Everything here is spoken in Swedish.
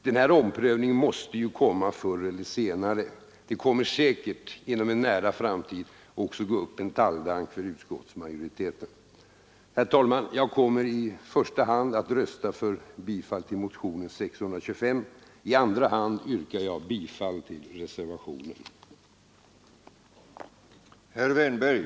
Denna omprövning måste komma förr eller senare. Säkert kommer inom en nära framtid en talgdank att gå upp också för utskottsmajoriteten. Herr talman! Jag kommer i första hand att rösta för bifall till motionen 625. I andra hand yrkar jag bifall till reservation nr 1.